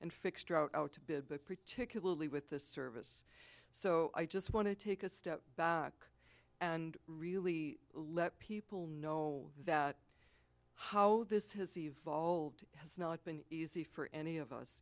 and fixed route out to bid but particularly with the service so i just want to take a step back and really let people know that how this has evolved has not been easy for any of us